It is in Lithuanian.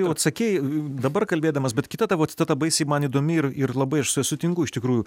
jau atsakei dabar kalbėdamas bet kita tavo citata baisiai man įdomi ir ir labai aš su ja sutinku iš tikrųjų